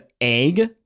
egg